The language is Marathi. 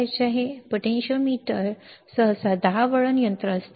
पोटेंशियोमीटर सहसा 10 वळण यंत्र असते